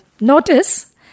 notice